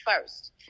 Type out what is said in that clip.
first